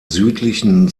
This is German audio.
südlichen